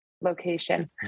Location